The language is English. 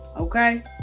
Okay